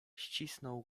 ścisnął